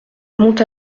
monte